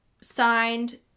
signed